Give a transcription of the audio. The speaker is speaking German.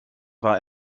war